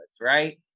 right